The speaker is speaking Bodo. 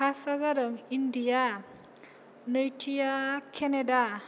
फासआ जादों इण्डिया नैथिया केनाडा